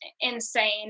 insane